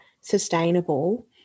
sustainable